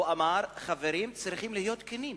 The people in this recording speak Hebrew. הוא אמר: חברים צריכים להיות כנים.